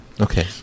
Okay